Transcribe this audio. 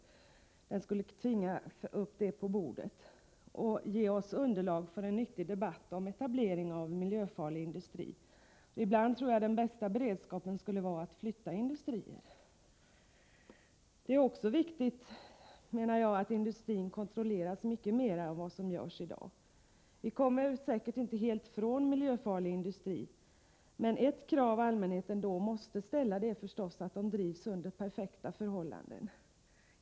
Likaså skulle den ge oss underlag för en nyttig debatt om etableringen av miljöfarlig industri. Ibland är nog den bästa beredskapen att flytta industrier. Jag menar också att det är viktigt att industrin kontrolleras mycket mera än vad som görs i dag. Vi kommer säkerligen inte helt ifrån miljöfarlig industri, men ett krav som allmänheten måste ställa är förstås att den drivs under perfekta förhållanden.